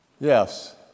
Yes